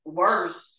worse